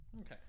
Okay